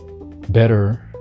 better